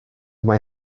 mae